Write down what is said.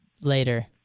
later